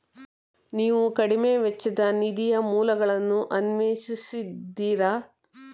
ನೀವು ಕಡಿಮೆ ವೆಚ್ಚದ ನಿಧಿಯ ಮೂಲಗಳನ್ನು ಅನ್ವೇಷಿಸಿದ್ದೀರಾ?